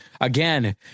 Again